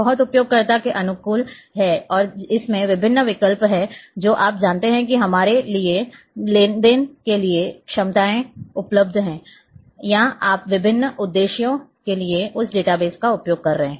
बहुत उपयोगकर्ता के अनुकूल है और इसमें विभिन्न विकल्प हैं जो आप जानते हैं कि हमारे लिए लेनदेन के लिए क्षमताएं उपलब्ध हैं या आप विभिन्न उद्देश्यों के लिए उस डेटाबेस का उपयोग कर रहे हैं